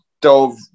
dove